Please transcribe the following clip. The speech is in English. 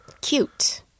cute